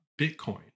Bitcoin